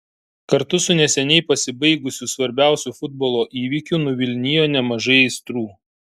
kartu su neseniai pasibaigusiu svarbiausiu futbolo įvykiu nuvilnijo nemažai aistrų